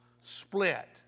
split